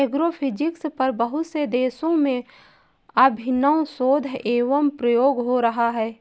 agrophysics पर बहुत से देशों में अभिनव शोध एवं प्रयोग हो रहा है